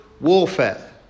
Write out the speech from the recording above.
warfare